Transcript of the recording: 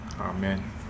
Amen